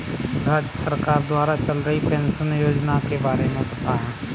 राज्य सरकार द्वारा चल रही पेंशन योजना के बारे में बताएँ?